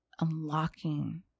unlocking